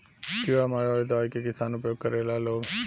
कीड़ा मारे वाला दवाई के किसान उपयोग करेला लोग